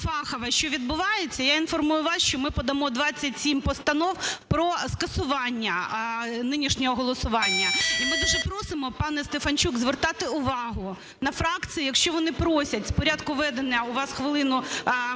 що відбувається, я інформую вас, що ми подамо 27 постанов про скасування нинішнього голосування. І ми дуже просимо, пане Стефанчук, звертати увагу на фракції. Якщо вони просять в порядку ведення у вас хвилину